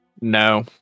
No